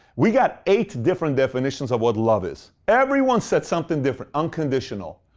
we got eight different definitions of what love is. everyone said something different. unconditional.